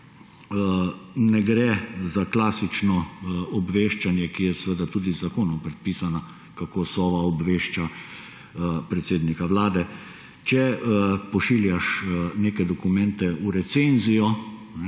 ne gre za klasično obveščanje, za katerega je seveda tudi z zakonom predpisano, kako Sova obvešča predsednika Vlade. Če pošiljaš nekatere dokumente v recenzijo